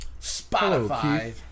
Spotify